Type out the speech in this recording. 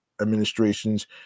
administration's